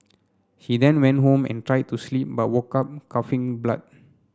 he then went home and tried to sleep but woke up coughing blood